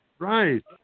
Right